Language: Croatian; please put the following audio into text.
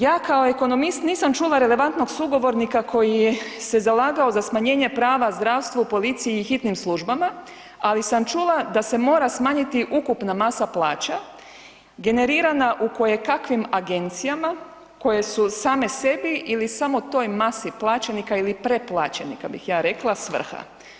Ja kao ekonomist nisam čula relevantnog sugovornika koji se zalagao za smanjenje prava zdravstvu, policiji i hitnim službama, ali sam čula da se mora smanjiti ukupna masa plaća generirana u kojekakvim agencijama koje su same sebi ili samo toj masi plaćenika ili pretplaćenika bih ja rekla, svrha.